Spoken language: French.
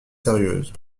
sérieuse